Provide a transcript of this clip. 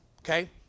okay